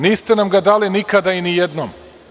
Niste nam ga dali nikada i nijednom.